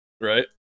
Right